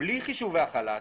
בלי חישובי החל"ת,